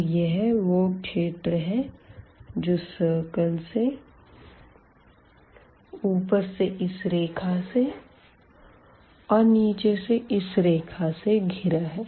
तो यह वो क्षेत्र है जो सर्किल से ऊपर से इस रेखा से और नीचे से इस रेखा से घिरा है